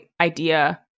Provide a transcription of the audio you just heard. idea